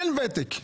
אין ותק.